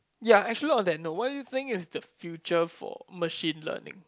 ya actually on that note what do you think it's the future for machine learning